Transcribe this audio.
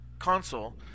console